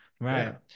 right